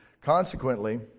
Consequently